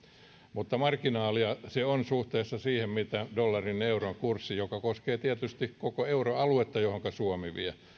mutta marginaalia se on suhteessa siihen mikä on dollarin ja euron kurssi mikä koskee tietysti koko euroaluetta johonka suomi vie